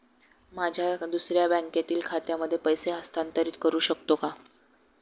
माझ्या दुसऱ्या बँकेतील खात्यामध्ये पैसे हस्तांतरित करू शकतो का?